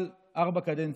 אבל ארבע קדנציות,